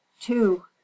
two